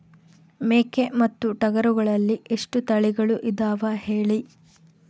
ಮೇಕೆ ಮತ್ತು ಟಗರುಗಳಲ್ಲಿ ಎಷ್ಟು ತಳಿಗಳು ಇದಾವ ಹೇಳಿ?